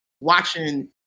watching